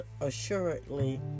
assuredly